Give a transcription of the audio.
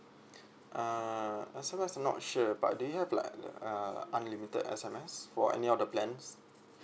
uh sometimes I'm not sure but do you have like uh unlimited S_M_S or any other plans